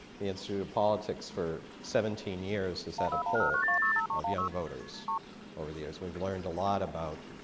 the institute of politics for seventeen years has had a poll of young voters over the years. we've learned a lot about